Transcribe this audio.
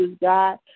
God